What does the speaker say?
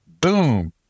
boom